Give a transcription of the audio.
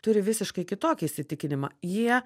turi visiškai kitokį įsitikinimą jie